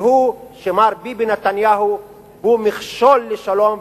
והוא שמר ביבי נתניהו הוא מכשול לשלום,